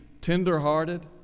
tender-hearted